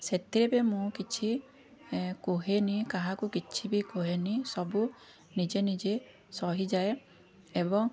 ସେଥିରେ ବି ମୁଁ କିଛି କୁହେନି କାହାକୁ କିଛି ବି କହେନି ସବୁ ନିଜେ ନିଜେ ସହିଯାଏ ଏବଂ